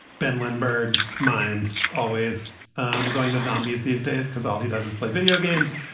ben lindbergh's mind always going to zombies these days, because all he does is play video games.